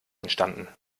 entstanden